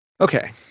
okay